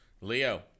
Leo